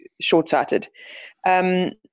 short-sighted